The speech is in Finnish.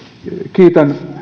kiitän